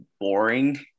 boring